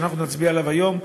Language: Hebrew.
שאנחנו נצביע עליו היום,